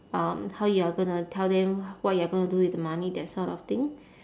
um how you are gonna tell them what you are gonna do with the money that sort of thing